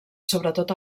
sobretot